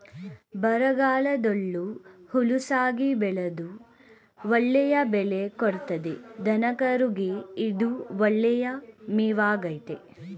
ಬರಗಾಲದಲ್ಲೂ ಹುಲುಸಾಗಿ ಬೆಳೆದು ಒಳ್ಳೆಯ ಬೆಳೆ ಕೊಡ್ತದೆ ದನಕರುಗೆ ಇದು ಒಳ್ಳೆಯ ಮೇವಾಗಾಯ್ತೆ